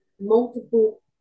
multiple